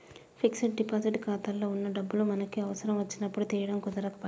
fixed deposit ఖాతాలో వున్న డబ్బులు మనకి అవసరం వచ్చినప్పుడు తీయడం కుదరకపాయె